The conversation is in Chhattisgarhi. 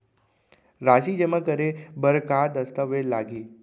राशि जेमा करे बर का दस्तावेज लागही?